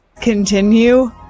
continue